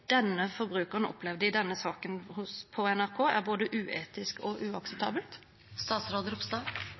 denne saken på NRK, er både uetisk og uakseptabelt?